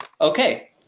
Okay